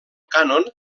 cànon